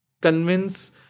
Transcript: convince